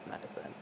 medicine